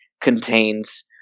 contains